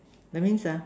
that means ah